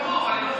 די כבר.